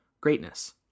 greatness